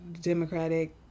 Democratic